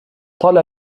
طلى